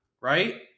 right